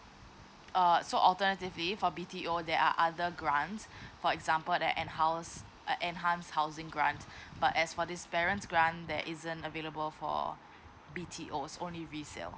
err so alternatively for B_T_O there are other grants for example the end house uh enhance housing grant but as for this parents grant there isn't available for B_T_O's only resale